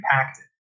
impacted